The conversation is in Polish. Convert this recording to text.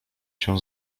się